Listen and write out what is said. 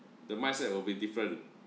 the mindset will be different